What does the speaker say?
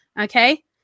Okay